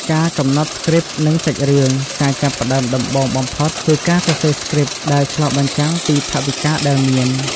ការកំណត់ស្គ្រីបនិងសាច់រឿង ការចាប់ផ្តើមដំបូងបំផុតគឺការសរសេរស្គ្រីបដែលឆ្លុះបញ្ចាំងពីថវិកាដែលមាន។